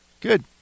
good